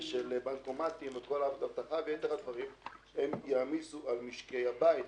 בנקומטים וכל האבטחה ויתר הדברים הם יעמיסו על משקי הבית.